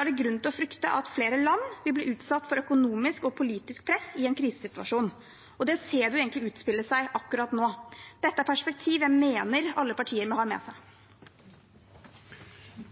er det grunn til å frykte at flere land vil bli utsatt for økonomisk og politisk press i en krisesituasjon. Det ser man utspille seg akkurat nå. Dette er perspektiver jeg mener at alle partiene må ha med seg.